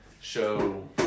show